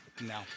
No